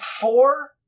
four